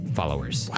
followers